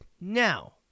Now